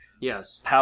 Yes